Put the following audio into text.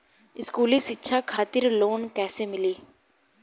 स्कूली शिक्षा खातिर लोन कैसे मिली?